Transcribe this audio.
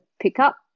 pickup